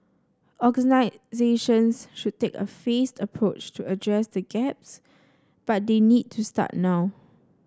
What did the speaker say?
organisations should take a phased approach to address the gaps but they need to start now